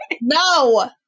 No